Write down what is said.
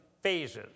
phases